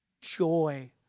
joy